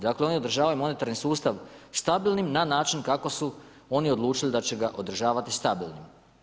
Dakle oni održavaju monetarni sustav stabilnim na način kako su oni odlučili da će ga održavati stabilnim.